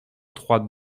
trois